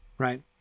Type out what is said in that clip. Right